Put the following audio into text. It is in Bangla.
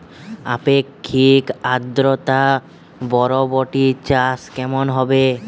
আপেক্ষিক আদ্রতা বরবটি চাষ কেমন হবে?